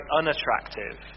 unattractive